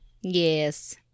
Yes